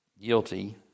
guilty